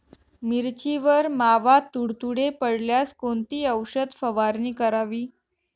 मिरचीवर मावा, तुडतुडे पडल्यास कोणती औषध फवारणी करावी?